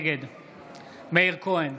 נגד מאיר כהן,